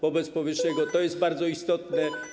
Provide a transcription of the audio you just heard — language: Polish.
Wobec powyższego to jest bardzo istotne.